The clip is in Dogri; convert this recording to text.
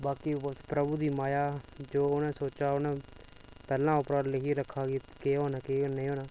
बाकी उस प्रभु दी माया जो उस सोचे दा उस करना उप्पर लिखियै रक्खे दा केह् होना केह् नेईं होना